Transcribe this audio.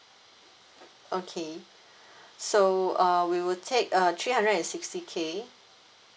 okay so uh we will take uh three hundred and sixty K